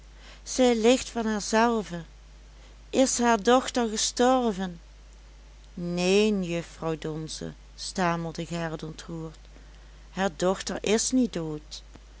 zij ligt van haarzelve is haar dochter gestorven neen juffrouw donze stamelde gerrit ontroerd haar dochter is niet dood